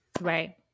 right